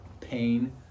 pain